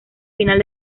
final